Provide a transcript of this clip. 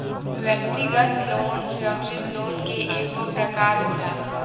व्यक्तिगत लोन सुरक्षित लोन के एगो प्रकार होला